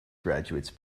graduates